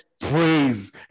praise